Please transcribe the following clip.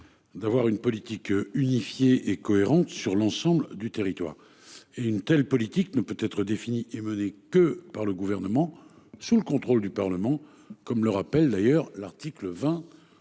D'avoir une politique unifiée et cohérente sur l'ensemble du territoire et une telle politique ne peut être défini et mené que par le gouvernement sur le contrôle du Parlement. Comme le rappelle d'ailleurs l'article 20